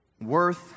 worth